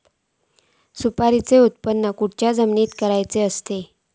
सुपारीचा उत्त्पन खयच्या जमिनीत करूचा असता?